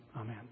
Amen